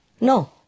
no